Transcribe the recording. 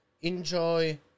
enjoy